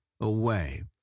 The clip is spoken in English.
away